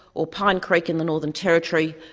or pine creek in the northern territory,